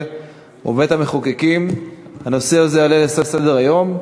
ובבית-המחוקקים הנושא הזה עולה לסדר-היום.